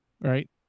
right